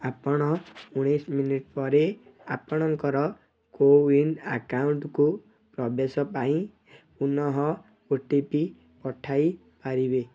ଆପଣ ଉଣେଇଶ୍ ମିନିଟ୍ ପରେ ଆପଣଙ୍କର କୋୱିନ୍ ଆକାଉଣ୍ଟ୍କୁ ପ୍ରବେଶ ପାଇଁ ପୁନଃ ଓ ଟି ପି ପଠାଇ ପାରିବେ